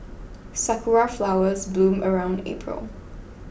sakura flowers bloom around April